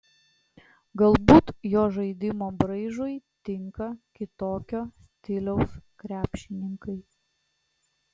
galbūt jo žaidimo braižui tinka kitokio stiliaus krepšininkai